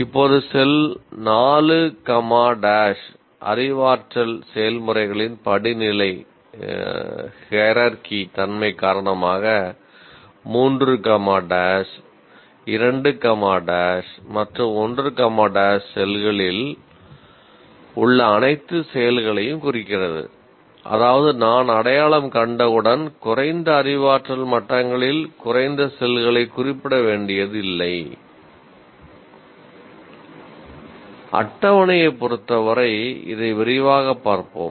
இப்போது செல் அட்டவணையைப் பொறுத்தவரை இதை விரிவாகப் பார்ப்போம்